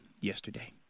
yesterday